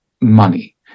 money